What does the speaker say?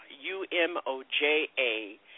U-M-O-J-A